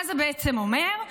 מה זה בעצם אומר?